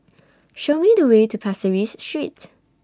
Show Me The Way to Pasir Ris Street